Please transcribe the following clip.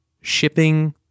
shipping